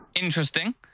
Interesting